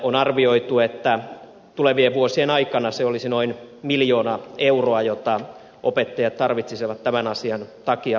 on arvioitu että tulevien vuosien aikana se olisi noin miljoona euroa minkä verran opettajat tarvitsisivat lisämäärärahoja tämän asian takia täydennyskoulutukseen